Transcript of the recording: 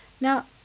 Now